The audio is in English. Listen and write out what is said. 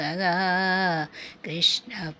Krishna